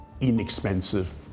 inexpensive